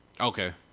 okay